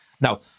Now